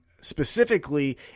specifically